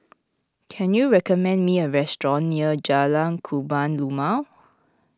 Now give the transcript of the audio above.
can you recommend me a restaurant near Jalan Kebun Limau